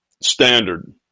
standard